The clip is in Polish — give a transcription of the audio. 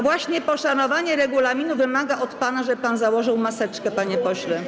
Właśnie poszanowanie regulaminu wymaga od pana, żeby pan założył maseczkę, panie pośle.